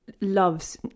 loves